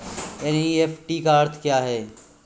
NEFT का अर्थ क्या है?